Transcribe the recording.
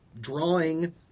drawing